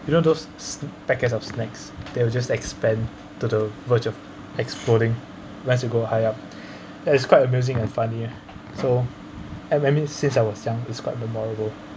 you know those packets of snacks they will just expand to the verge of exploding once you go high up it's quite amusing and funny ah so and I mean since I was young is quite memorable